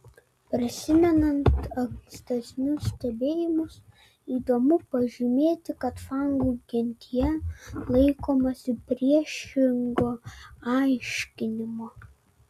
prisimenant ankstesnius stebėjimus įdomu pažymėti kad fangų gentyje laikomasi priešingo aiškinimo